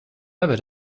ever